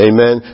Amen